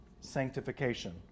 sanctification